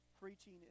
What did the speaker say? Preaching